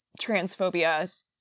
transphobia